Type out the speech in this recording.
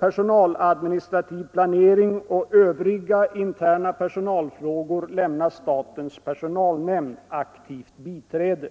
personaladministrativ planering och övriga interna personalfrågor lämnar statens personalnämnd aktivt biträde.